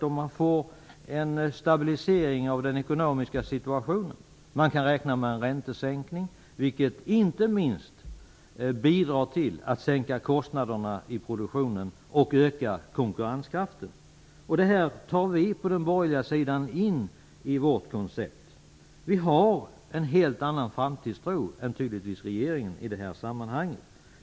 Om man får en stabilisering av den ekonomiska situationen kan man räkna med en räntesänkning, vilket inte minst bidrar till att sänka kostnaderna i produktionen och öka konkurrenskraften. Detta tar vi på den borgerliga sidan in i vårt koncept. Vi har tydligen en helt annan framtidstro än regeringen i detta sammanhang.